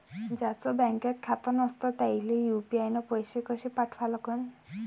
ज्याचं बँकेत खातं नसणं त्याईले यू.पी.आय न पैसे कसे पाठवा लागन?